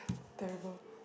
terrible